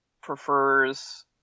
prefers